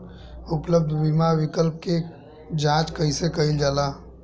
उपलब्ध बीमा विकल्प क जांच कैसे कइल जाला?